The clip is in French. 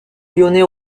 lyonnais